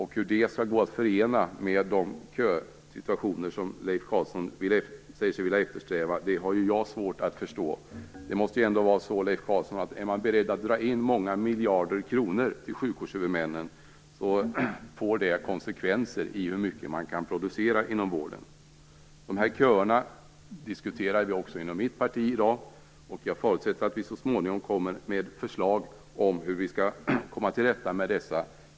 Hur det skall gå att förena med den situation vad gäller köerna som Leif Carlson säger sig eftersträva har jag svårt att förstå. Det måste ju ändå vara så, Leif Carlson, att indragningar av många miljarder kronor för sjukvårdshuvudmännens del, vilket ni är beredda att genomföra, skulle få konsekvenser för hur mycket vården kan producera. De här köerna diskuterar vi också inom mitt parti i dag, och jag förutsätter att vi så småningom kommer med förslag om hur vi skall komma till rätta med dem.